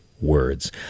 words